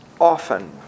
often